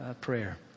prayer